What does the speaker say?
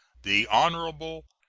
the hon.